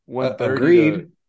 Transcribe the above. agreed